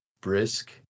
brisk